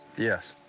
yes.